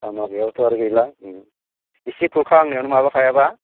लामा गैयाबाथ' आरो गैला इसि खुरखाहांनायावनो माबाखायाबा